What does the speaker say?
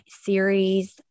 series